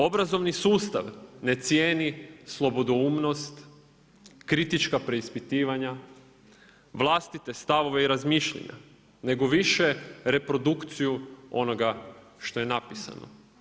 Obrazovni sustav ne cijeni slobodoumnost, kritička preispitivanja, vlastite stavove i razmišljanja, nego više reprodukciju onoga što je napisano.